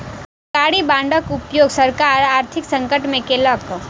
सरकारी बांडक उपयोग सरकार आर्थिक संकट में केलक